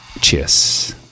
Cheers